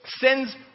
sends